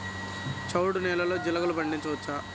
చవుడు నేలలో జీలగలు పండించవచ్చా?